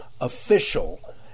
official